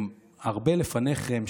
הם הרבה לפניכם.